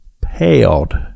paled